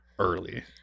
early